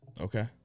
Okay